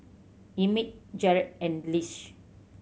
Emett Jarred and Lish